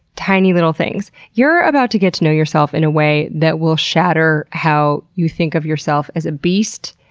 tiny little things. you're about to get to know yourself in a way that will shatter how you think of yourself as a beast,